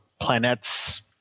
Planets